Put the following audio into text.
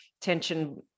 tension